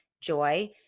JOY